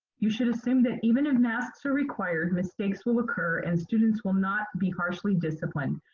you should assume that even if masks are required, mistakes will occur and students will not be harshly disciplined.